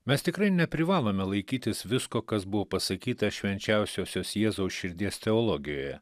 mes tikrai neprivalome laikytis visko kas buvo pasakyta švenčiausiosios jėzaus širdies teologijoje